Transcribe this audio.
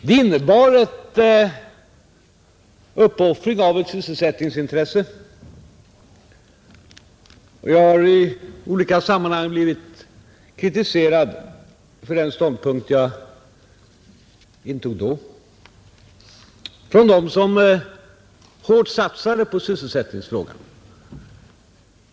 Det innebar uppoffring av ett sysselsättningsintresse, och jag har i olika sammanhang blivit kritiserad för den ståndpunkt jag intog då från dem som hårt satsade på sysselsättningsfrågan.